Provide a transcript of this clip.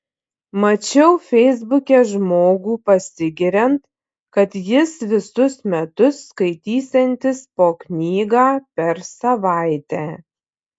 mačiau feisbuke žmogų pasigiriant kad jis visus metus skaitysiantis po knygą per savaitę